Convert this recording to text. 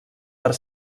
per